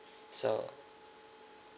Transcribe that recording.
so